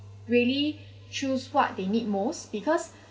really choose what they need most because